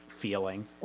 feeling